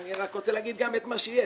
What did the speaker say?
אני רק רוצה להגיד גם את מה שיש.